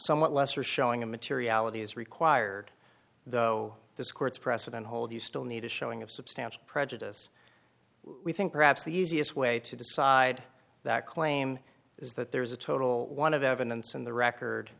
somewhat lesser showing of materiality is required though this court's precedent hold you still need a showing of substantial prejudice we think perhaps the easiest way to decide that claim is that there is a total one of evidence in the record